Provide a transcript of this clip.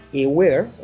aware